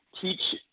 teach